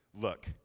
Look